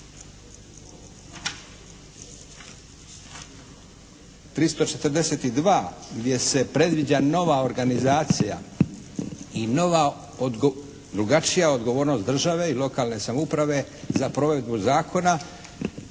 342. gdje se predviđa nova organizacija i nova, drugačija odgovornost države i lokalne samouprave za provedbu zakona